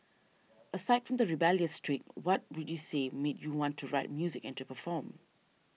aside from the rebellious streak what would you say made you want to write music and to perform